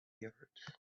yards